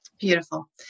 Beautiful